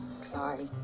Sorry